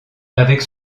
avec